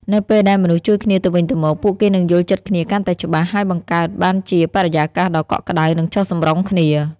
នៅពេលដែលមនុស្សជួយគ្នាទៅវិញទៅមក ពួកគេនឹងយល់ចិត្តគ្នាកាន់តែច្បាស់ ហើយបង្កើតបានជាបរិយាកាសដ៏កក់ក្តៅ និងចុះសម្រុងគ្នា។